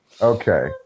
Okay